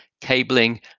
cabling